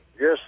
Yes